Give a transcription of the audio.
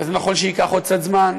וזה נכון שייקח עוד קצת זמן,